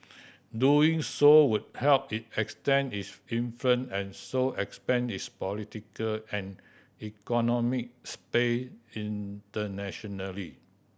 doing so would help it extend its influence and so expand its political and economic space internationally